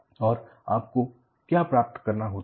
और आपको क्या प्राप्त होता है